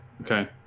okay